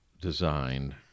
designed